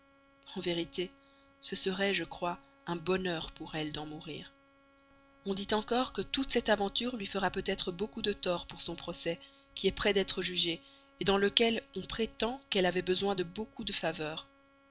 en vérité ce serait je crois un bonheur pour elle d'en mourir on dit encore que toute cette aventure lui fera peut-être beaucoup de tort pour son procès qui est près d'être jugé dans lequel on prétend qu'elle avait besoin de beaucoup de faveur